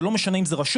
זה לא משנה אם זה רשות,